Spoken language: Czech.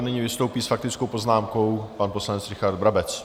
Nyní vystoupí s faktickou poznámkou pan poslanec Richard Brabec.